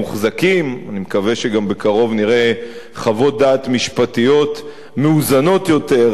מרוב שהוא רוצה להגן על הדמוקרטיה בסך הכול רציתי להגיד,